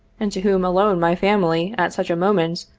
and to whom alone my family, at such a moment,